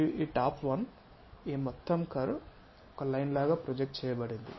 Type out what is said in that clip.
మరియు ఈ top one ఈ మొత్తం కర్వ్ ఒక లైన్ లాగా ప్రొజెక్ట్ చేయబడింది